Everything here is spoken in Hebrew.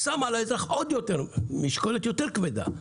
שם על האזרח משקולת יותר כבדה,